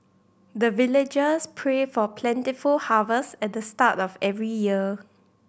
the villagers pray for plentiful harvest at the start of every year